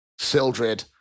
Sildred